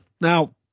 Now